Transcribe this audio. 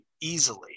easily